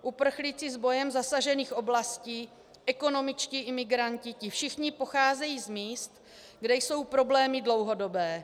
Uprchlíci z bojem zasažených oblastí, ekonomičtí imigranti, ti všichni pocházejí z míst, kde jsou problémy dlouhodobé.